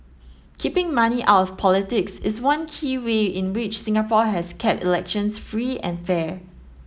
keeping money out of politics is one key way in which Singapore has kept elections free and fair